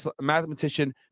mathematician